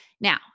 Now